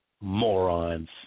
morons